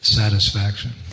satisfaction